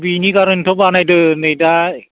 बेनि गारैनोथ' बानायदों नै दा